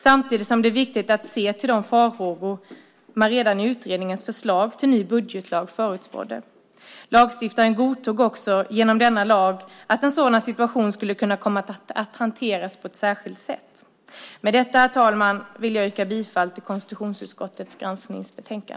Samtidigt är det viktigt att se till de farhågor som man redan i utredningens förslag till ny budgetlag förutspådde. Lagstiftaren godtog också genom denna lag att en sådan situation skulle kunna komma att hanteras på ett särskilt sätt. Med detta, herr talman, vill jag yrka på godkännande av utskottets anmälan.